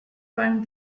found